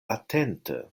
atente